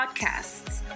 podcasts